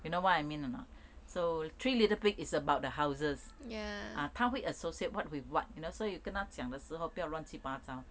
you know what I mean or not so three little pig is about the houses ah 她会 associate what with what you know so 所以跟她讲的时候不要乱七八糟